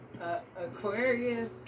Aquarius